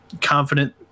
confident